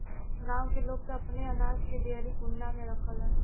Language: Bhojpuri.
गांव के लोग त अपने अनाज के डेहरी कुंडा में रखलन